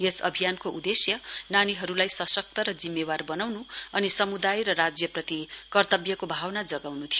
यस अभियानको उदेश्य नानीहरूलाई सशक्त र जिम्मेवार बनाउनु अनि समुदाय र राज्यप्रति कर्तव्यको भावना जगाउनु थियो